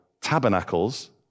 tabernacles